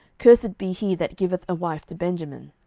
cursed be he that giveth a wife to benjamin.